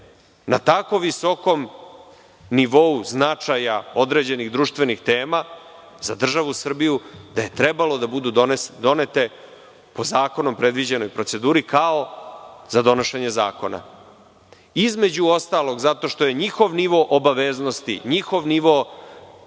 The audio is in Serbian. na tako visokom nivou značaja određenih društvenih tema za državu Srbiju, da je trebalo da budu donete po zakonom predviđenoj proceduri kao za donošenje zakona, između ostalog zato što je nivo obaveznosti, njihov nivo